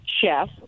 chef